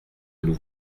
nous